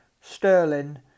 Sterling